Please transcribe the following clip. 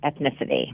ethnicity